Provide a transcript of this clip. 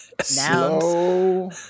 slow